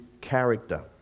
character